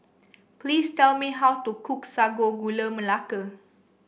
please tell me how to cook Sago Gula Melaka